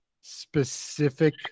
specific